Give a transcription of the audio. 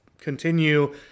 continue